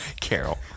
Carol